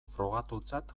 frogatutzat